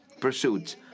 pursuits